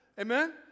Amen